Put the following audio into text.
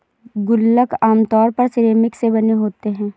गुल्लक आमतौर पर सिरेमिक से बने होते हैं